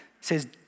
says